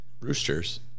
roosters